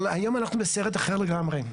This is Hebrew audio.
אבל היום אנחנו בסרט אחר לגמרי.